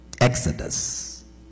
Exodus